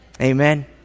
Amen